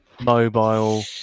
mobile